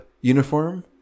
uniform